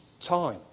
time